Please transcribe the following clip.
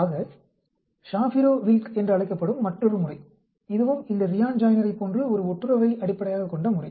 ஆக Shapiro Wilk என்று அழைக்கப்படும் மற்றொரு முறை இதுவும் இந்த ரியான் ஜாய்னரைப் போன்று ஒரு ஒட்டுறவை அடிப்படையாகக் கொண்ட முறை